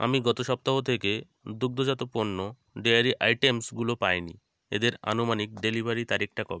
আমি গত সপ্তাহ থেকে দুগ্ধজাত পণ্য ডেয়ারি আইটেমসগুলো পাইনি এদের আনুমানিক ডেলিভারি তারিখটা ক